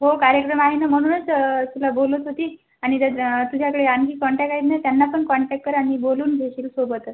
हो कार्यक्रम आहे ना म्हणूनच तुला बोलवत होती आणि त्यात तुझ्याकडे आणखी कॉन्टॅक आहेत ना त्यांना पण कॉन्टॅक कर आणि बोलून घेशील सोबतच